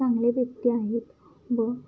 चांगले व्यक्ती आहेत व